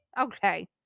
Okay